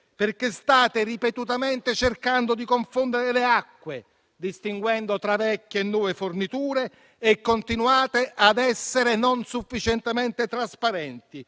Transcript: perché state ripetutamente cercando di confondere le acque, distinguendo tra vecchie e nuove forniture, e continuate a essere non sufficientemente trasparenti.